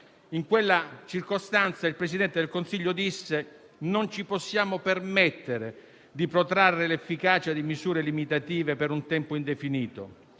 In quella circostanza il Presidente del Consiglio disse: «Non ci possiamo permettere di protrarre l'efficacia di misure limitative per un tempo indefinito.